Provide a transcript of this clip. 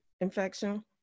infection